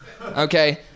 okay